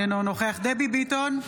אינו נוכח דבי ביטון,